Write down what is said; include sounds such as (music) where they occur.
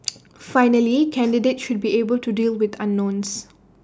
(noise) finally candidates should be able to deal with unknowns